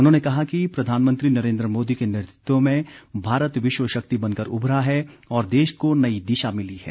उन्होंने कहा कि प्रधानमंत्री नरेन्द्र मोदी के नेतृत्व में भारत विश्व शक्ति बनकर उभरा है और देश को नई दिशा मिली है